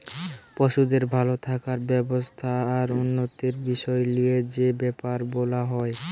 পশুদের ভাল থাকার ব্যবস্থা আর উন্নতির বিষয় লিয়ে যে বেপার বোলা হয়